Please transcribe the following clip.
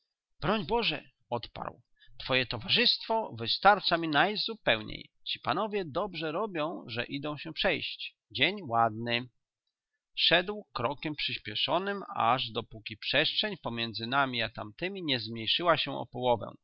boże odparł twoje towarzystwo wystarcza mi najzupełniej ci panowie dobrze robią że idą się przejść dzień ładny szedł krokiem przyśpieszonym aż dopóki przestrzeń pomiędzy nami a tamtymi nie zmniejszyła się o połowę